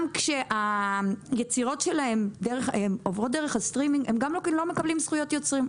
גם כשהיצירות שלהם עוברות דרך הסטרימינג הם לא מקבלים זכויות יוצרים,